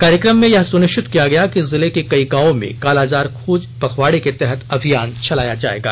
कार्यक्रम में यह सुनिश्चित किया गया कि जिले के कई गांवों में कालाजार खोज पखवाड़े के तहत अभियान चलाया जाएगा